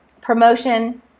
promotion